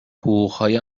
حقوقهای